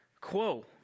quo